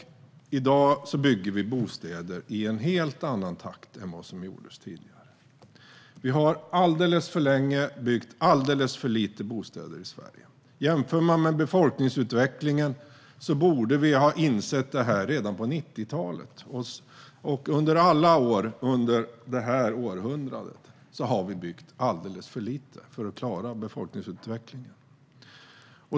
I dag bygger vi bostäder i en helt annan takt än vad som gjordes tidigare. Vi har alldeles för länge byggt alldeles för lite bostäder i Sverige. Jämför man med befolkningsutvecklingen borde vi ha insett det redan på 90-talet. Under alla år under det här århundradet har vi byggt alldeles för lite för att klara befolkningsutvecklingen.